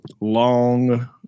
long